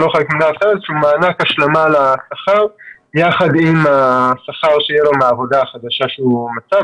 איזשהו מענק השלמה לשכר יחד עם השכר שיהיה לו מהעבודה החדשה שהוא מצא.